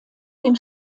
den